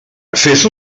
fes